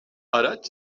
araç